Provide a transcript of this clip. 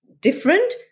different